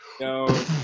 No